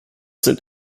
sind